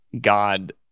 God